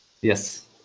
yes